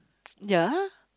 ya